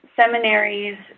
seminaries